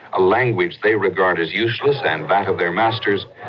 a language they regard as useless and that of their masters,